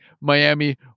Miami